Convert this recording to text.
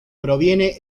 proviene